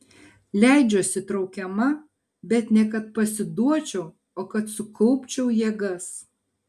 leidžiuosi traukiama bet ne kad pasiduočiau o kad sukaupčiau jėgas